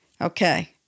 okay